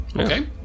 Okay